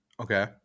Okay